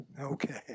Okay